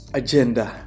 agenda